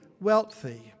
wealthy